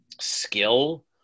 skill